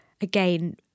Again